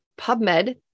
PubMed